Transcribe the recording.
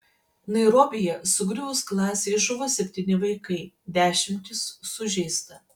nairobyje sugriuvus klasei žuvo septyni vaikai dešimtys sužeista